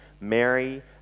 Mary